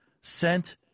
sent